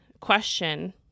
question